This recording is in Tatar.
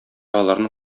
аларны